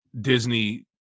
Disney